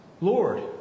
Lord